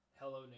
Hello